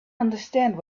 understand